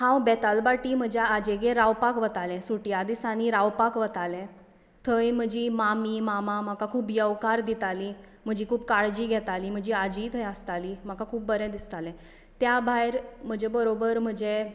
हांव बेतालबाटी म्हज्या आजयेगेर रावपाक वतालें सुटयां दिसानी रावपाक वतालें थंय म्हजी मामी मामा म्हाका खूब येवकार दितालीं म्हजी खूब काळजी घेतालीं म्हजी आजीय थंय आसताली म्हाका खूब बरें दिसतालें त्या भायर म्हजे बरोबर म्हजे